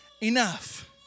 enough